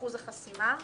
אחוז החסימה,